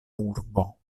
urbo